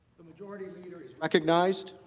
the majority leader is recognized.